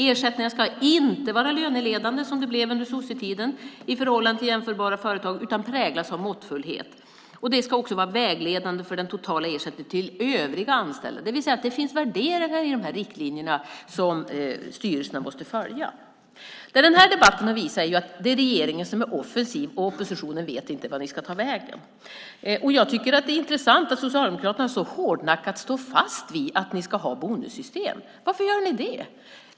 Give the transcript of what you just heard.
Ersättningarna ska inte vara löneledande, som det blev under sossetiden, i förhållande till jämförbara företag utan präglas av måttfullhet. De ska också vara vägledande för den totala ersättningen till övriga anställda, det vill säga att det finns värderingar i de här riktlinjerna som styrelserna måste följa. Det den här debatten visar är ju att det är regeringen som är offensiv och att oppositionen inte vet vart den ska ta vägen. Jag tycker att det är intressant att Socialdemokraterna så hårdnackat står fast vid att ni ska ha bonussystem. Varför gör ni det?